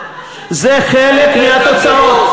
זה חלק מהתוצאות.